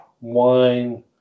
wine